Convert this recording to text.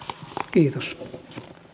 kiitos